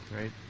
right